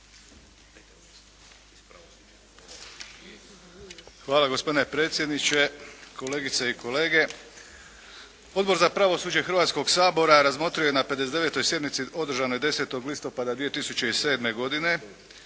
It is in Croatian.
Hvala gospodine predsjedniče. Kolegice i kolege Odbor za pravosuđe Hrvatskog sabora razmotrio je na 59. sjednici održanoj 10. listopada 2007. godine